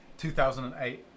2008